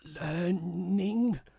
Learning